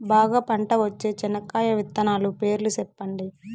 బాగా పంట వచ్చే చెనక్కాయ విత్తనాలు పేర్లు సెప్పండి?